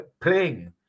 playing